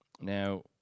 now